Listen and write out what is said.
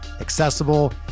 accessible